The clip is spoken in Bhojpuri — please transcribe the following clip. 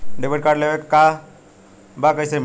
डेबिट कार्ड लेवे के बा कईसे मिली?